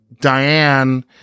Diane